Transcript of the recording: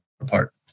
apart